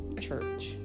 church